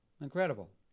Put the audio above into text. Incredible